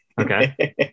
Okay